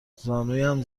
زانویم